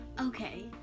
Okay